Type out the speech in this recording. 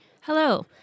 Hello